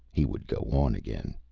he would go on again.